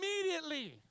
immediately